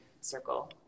circle